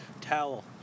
towel